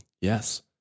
yes